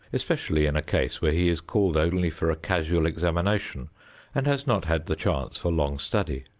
especially in a case where he is called only for a casual examination and has not had the chance for long study.